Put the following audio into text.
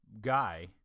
Guy